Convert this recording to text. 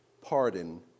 pardon